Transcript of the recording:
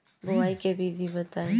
बुआई के विधि बताई?